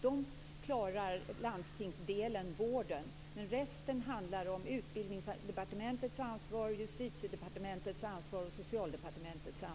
Det klarar landstingsdelen, vården, men resten handlar om